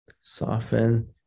Soften